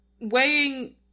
weighing